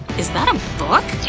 is that a book?